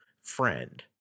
friend